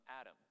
adam